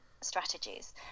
strategies